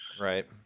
right